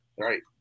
Right